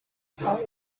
thought